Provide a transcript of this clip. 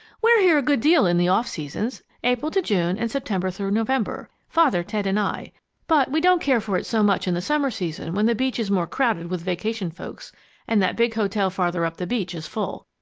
we're here a good deal in the off seasons april to june, and september through november. father, ted, and i but we don't care for it so much in the summer season when the beach is more crowded with vacation folks and that big hotel farther up the beach is full.